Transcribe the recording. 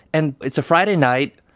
and it's a friday night.